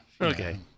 Okay